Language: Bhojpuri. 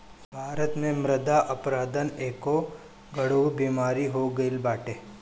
भारत में मृदा अपरदन एगो गढ़ु बेमारी हो गईल बाटे